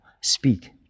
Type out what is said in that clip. speak